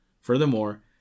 Furthermore